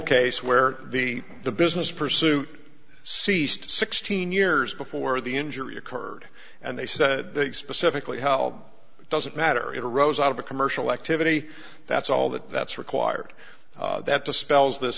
case where the the business pursuit ceased sixteen years before the injury occurred and they said that specifically hell doesn't matter it arose out of a commercial activity that's all that that's required that dispels this